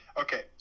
okay